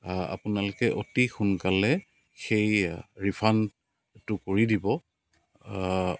আপোনালোকে অতি সোনকালে সেই ৰিফাণ্ডটো কৰি দিব